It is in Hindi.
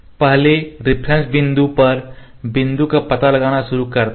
पहले रिफरेंस बिंदु पर बिंदु का पता लगाना शुरू करते हैं